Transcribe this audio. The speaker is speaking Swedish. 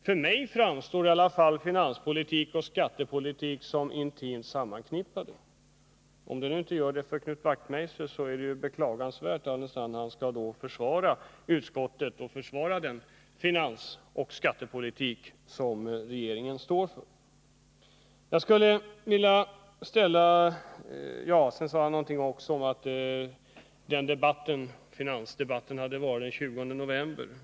För mig framstår i alla fall finanspolitik och skattepolitik som intimt förknippade med varandra. Om de inte gör det för Knut Wachtmeister är det beklagansvärt — alldenstund han skall försvara utskottet och den finansoch skattepolitik som regeringen står för. Sedan sade han också någonting om att finansdebatten hade förts den 20 november.